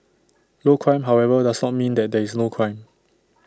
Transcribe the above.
low crime however does not mean that there is no crime